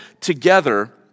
together